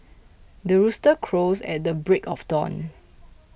the rooster crows at the break of dawn